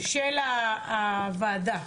של הוועדה,